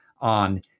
on